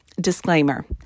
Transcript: Disclaimer